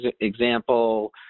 example